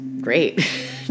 great